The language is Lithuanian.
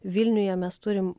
vilniuje mes turim